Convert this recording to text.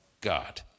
God